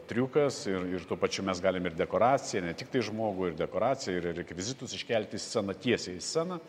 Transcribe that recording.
triukas ir ir tuo pačiu mes galim ir dekoraciją ne tiktai žmogų ir dekoraciją ir rekvizitus iškelti į sceną tiesiai į sceną